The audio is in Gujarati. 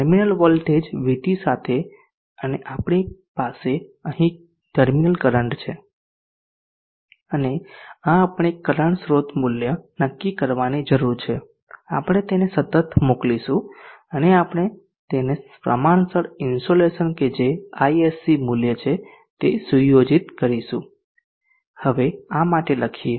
ટર્મિનલ વોલ્ટેજ VT સાથે અને આપણી પાસે અહીં ટર્મિનલ કરંટ છે અને આ આપણે કરંટ સ્રોત મૂલ્ય નક્કી કરવાની જરૂર છે આપણે તેને સતત મોકલીશું અને આપણે તેને પ્રમાણસર ઇન્સોલેશન કે જે ISC મૂલ્ય છે તે સુયોજિત કરીશું હવે આ માટે લખીએ